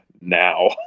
now